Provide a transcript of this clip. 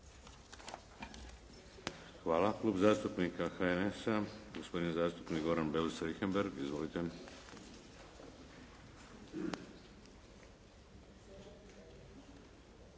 Hvala. Klub zastupnika HNS-a, gospodin zastupnik Goran Beus Richembergh. Izvolite. **Beus